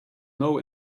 know